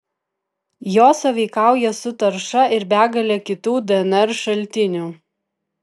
jos sąveikauja su tarša ir begale kitų dnr šaltinių